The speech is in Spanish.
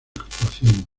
actuación